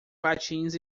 patins